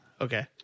Okay